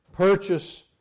Purchase